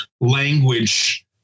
language